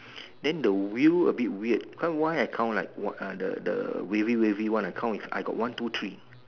then the wheel a bit weird quite why I count like what the the wavy wavy one I count is I got one two three